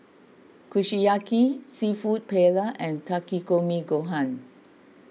Kushiyaki Seafood Paella and Takikomi Gohan